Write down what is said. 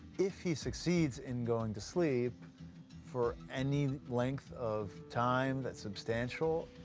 if he succeeds in going to sleep for any length of time that's substantial,